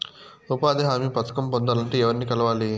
ఉపాధి హామీ పథకం పొందాలంటే ఎవర్ని కలవాలి?